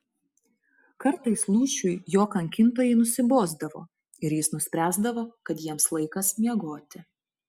kartais lūšiui jo kankintojai nusibosdavo ir jis nuspręsdavo kad jiems laikas miegoti